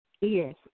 Yes